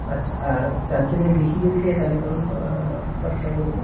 আচ্ছা আর চারজনের বেশি যদি যাই তাহলে কেমন খ খরচা পড়বে